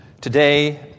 Today